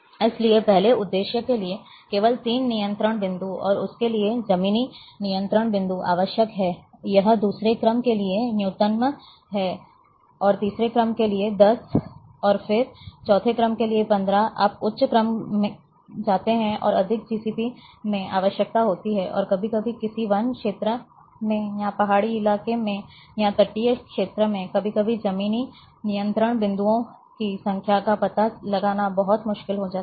इसलिए पहले आदेश के लिए केवल तीन नियंत्रण बिंदु और उसके लिए जमीनी नियंत्रण बिंदु आवश्यक हैं यह दूसरे क्रम के लिए न्यूनतम है 6 और तीसरे क्रम के लिए 10 और फिर चौथे क्रम के लिए 15 आप उच्च क्रम में जाते हैं और अधिक जीसीपी की आवश्यकता होती है और कभी कभी किसी वन क्षेत्र में या पहाड़ी इलाके में या तटीय क्षेत्र में कभी कभी जमीनी नियंत्रण बिंदुओं की संख्या का पता लगाना बहुत मुश्किल हो जाता है